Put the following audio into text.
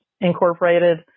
incorporated